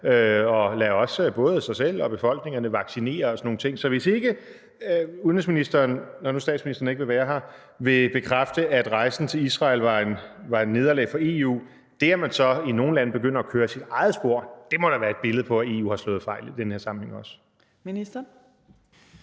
og lader også både sig selv og befolkningerne vaccinere og sådan nogle ting. Så vil udenrigsministeren, når nu statsministeren ikke vil være her, bekræfte, at rejsen til Israel var et nederlag for EU, for det, at man så i nogle lande begynder at køre sit eget spor, må da være et billede på, at EU har slået fejl i den her sammenhæng også?